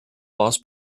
boss